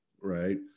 right